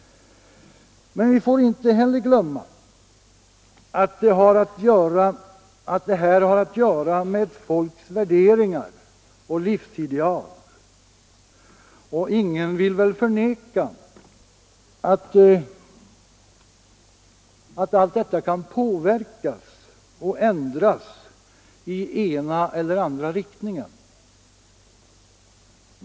Men vi får inte heller glömma att detta har att göra med ett folks värderingar och livsideal. Ingen vill väl förneka att allt detta kan påverkas och ändras i ena eller andra riktningen.